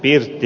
irti